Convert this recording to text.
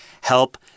help